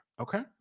Okay